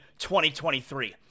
2023